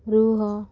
ରୁହ